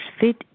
fit